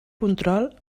control